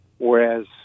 Whereas